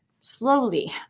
Slowly